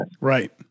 Right